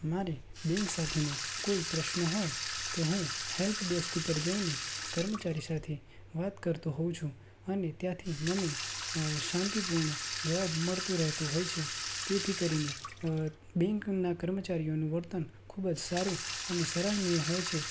મારે બેન્ક સાથેનો કોઈ પ્રશ્ન હોય તો હું હેલ્પ ડેસ્ક ઉપર જઈને કર્મચારી સાથે વાત કરતો હોઉં છું અને ત્યાંથી મને શાંતિપૂર્ણ જવાબ મળતો રહેતો હોય છે તેથી કરીને બેન્કના કર્મચારીઓનું વર્તન ખૂબ જ સારું અને સરાહનીય હોય છે